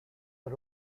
are